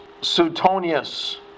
Suetonius